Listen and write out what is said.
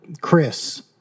Chris